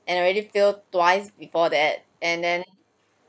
and already failed twice before that and then